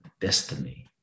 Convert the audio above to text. destiny